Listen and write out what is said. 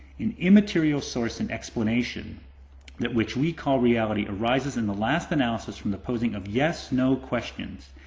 an immaterial source of explanation that which we call reality arises in the last analysis from the posing of yes no questions.